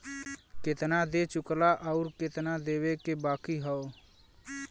केतना दे चुकला आउर केतना देवे के बाकी हौ